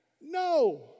No